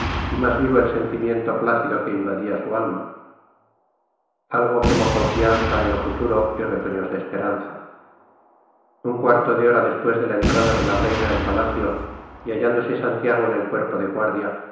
y más vivo el sentimiento plácido que invadía su alma algo como confianza en lo futuro y retoños de esperanza un cuarto hora después de la entrada de la reina en palacio y hallándose santiago en el cuerpo de guardia